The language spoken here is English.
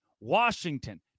Washington